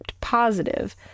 positive